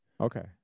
okay